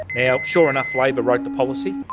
now, sure enough labor wrote the policy,